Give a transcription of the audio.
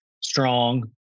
strong